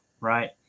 Right